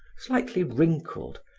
slightly wrinkled,